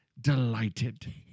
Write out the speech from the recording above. delighted